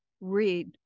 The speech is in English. Read